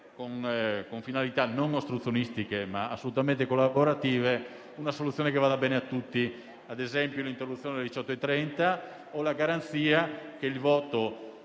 con finalità non ostruzionistiche, ma assolutamente collaborative, una soluzione che vada bene a tutti: ad esempio, un'interruzione alle 18,30 o la garanzia che il voto